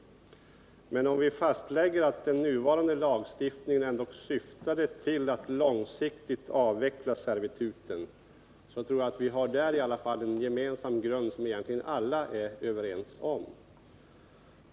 Men om vi fastlägger att den nuvarande lagstiftningen ändock syftar till att långsiktigt avveckla servituten, tror jag att vi har en gemensam grund som egentligen alla är överens om.